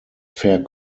fair